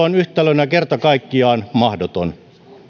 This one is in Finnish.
on yhtälönä kerta kaikkiaan mahdoton